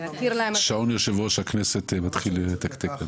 שעון יושב ראש הכנסת מתחיל לתקתק.